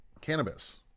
cannabis